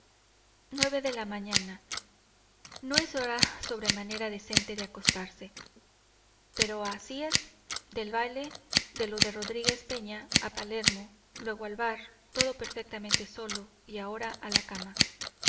nueve de la mañana no es hora sobremanera decente de acostarse pero así es del baile de lo de rodríguez peña a palermo luego al bar todo perfectamente solo y ahora a la cama